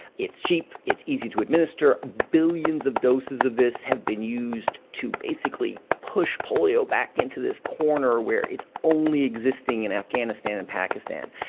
it's cheap. it's easy to administer. billions of doses of this have been used to basically push polio back into this corner where it's only existing in afghanistan and pakistan.